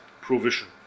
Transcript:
provision